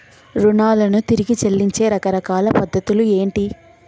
రుణాలను తిరిగి చెల్లించే రకరకాల పద్ధతులు ఏంటి?